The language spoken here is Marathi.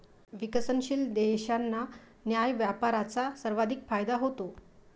विकसनशील देशांना न्याय्य व्यापाराचा सर्वाधिक फायदा होतो